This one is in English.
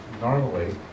normally